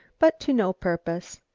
but to no purpose.